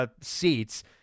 seats